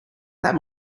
that